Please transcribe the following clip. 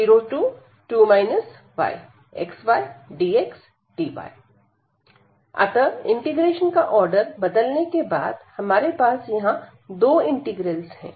y01x0yxydxdyy12x02 yxydxdy अतः integration का order बदलने के बाद हमारे पास यहां दो इंटीग्रल्स है